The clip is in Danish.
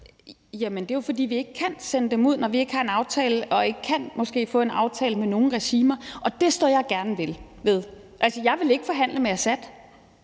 Jamen det er jo, fordi vi ikke kan sende dem ud, når vi ikke har en aftale og måske ikke kan få en aftale med nogle regimer, og det står jeg gerne ved. Altså, jeg vil ikke forhandle med Assad,